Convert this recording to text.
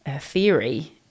Theory